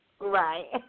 Right